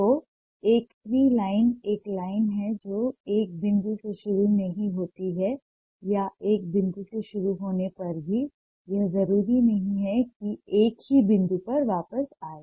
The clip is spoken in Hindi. तो एक फ्री लाइन एक लाइन है जो एक बिंदु से शुरू नहीं होती है या एक बिंदु से शुरू होने पर भी यह जरूरी नहीं है कि एक ही बिंदु पर वापस आए